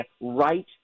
right